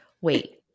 Wait